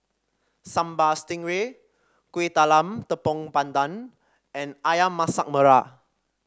Sambal Stingray Kuih Talam Tepong Pandan and ayam Masak Merah